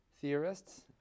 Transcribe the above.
theorists